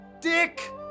dick